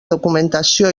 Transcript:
documentació